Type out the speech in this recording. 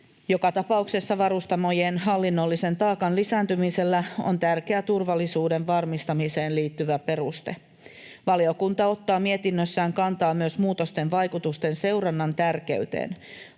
Joka tapauksessa varustamojen hallinnollisen taakan lisääntymisellä on tärkeä turvallisuuden varmistamiseen liittyvä peruste. Valiokunta ottaa mietinnössään kantaa myös muutosten vaikutusten seurannan tärkeyteen.